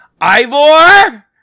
Ivor